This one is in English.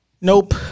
Nope